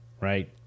Right